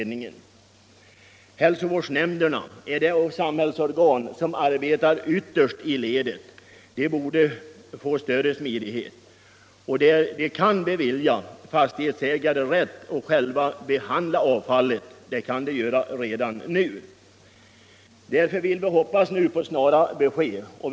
Där borde man kunna arbeta med större smi dighet. Redan nu kan hälsovårdsnämnderna bevilja fastighetsägarna rätt att själva behandla avfallet. Därför hoppas vi på snara resultat.